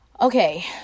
okay